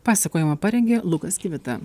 pasakojimą parengė lukas kivita